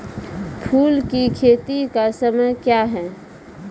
फुल की खेती का समय क्या हैं?